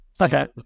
Okay